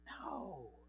No